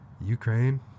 Ukraine